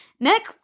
Nick